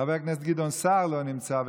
חבר הכנסת גדעון סער לא נמצא,